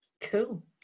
Cool